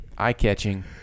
eye-catching